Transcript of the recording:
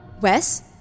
Wes